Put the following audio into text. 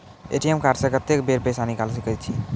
ATM card से कत्तेक बेर पैसा निकाल सके छी?